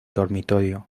dormitorio